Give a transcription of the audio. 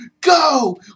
Go